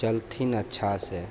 चलथिन अच्छासँ